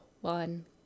one